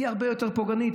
היא הרבה יותר פוגענית.